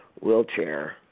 wheelchair